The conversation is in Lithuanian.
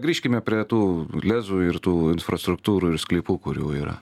grįžkime prie tų lezų ir tų infrastruktūrų ir sklypų kurių yra